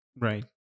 Right